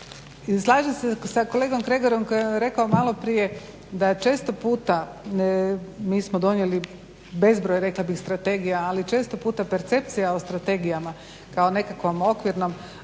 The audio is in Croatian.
slažem se sa kolegom Kregarom koji vam je rekao maloprije da često puta mi smo donijeli bezbroj rekla bih strategija, ali često puta percepcija o strategijama kao nekakvom okvirnom